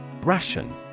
Ration